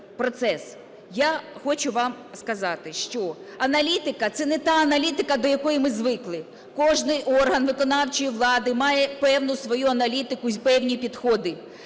Я хочу вам сказати, що аналітика – це не та аналітика, до якої ми звикли. Кожний орган виконавчої влади має певну свою аналітику, певні підходи.